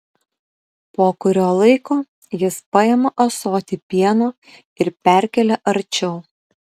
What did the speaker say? po kurio laiko jis paima ąsotį pieno ir perkelia arčiau